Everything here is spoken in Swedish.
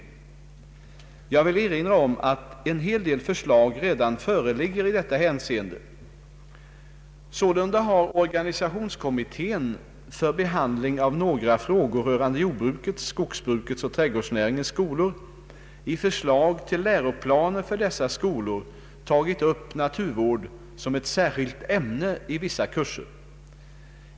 Jag vill erinra om att en hel del förslag redan föreligger i detta hänseende. Sålunda har organisationskommittén för behandling av några frågor rörande jordbrukets, skogsbrukets och trädgårdsnäringens skolor i förslag till läroplaner för dessa skolor tagit upp naturvård som ett särskilt ämne i vissa kurser.